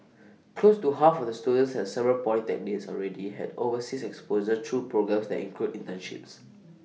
close to half of the students at several polytechnics already have overseas exposure through programmes that include internships